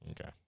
Okay